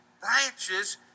branches